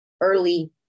early